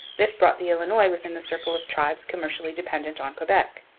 this brought the illinois within the circle of tribes commercially dependent on quebec.